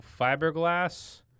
fiberglass